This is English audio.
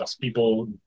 people